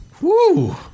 Woo